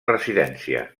residència